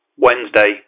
Wednesday